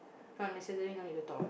not necessary no need to talk